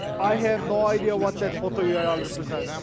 i have no idea what that filter yeah url represents.